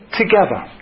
together